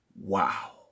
Wow